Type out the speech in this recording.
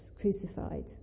crucified